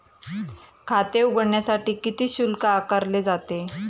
खाते उघडण्यासाठी किती शुल्क आकारले जाते?